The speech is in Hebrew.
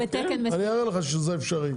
אני אראה לך שזה אפשרי.